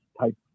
type